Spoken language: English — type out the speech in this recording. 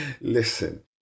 Listen